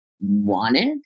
wanted